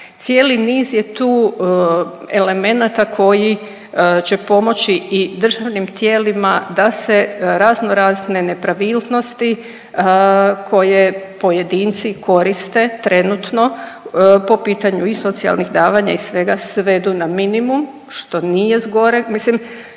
cijeli niz je tu elemenata koji će pomoći i državnim tijelima da se razno razne nepravilnosti koje pojedinci koriste trenutno po pitanju i socijalnih davanja i svega, svedu na minimum što nije zgoreg.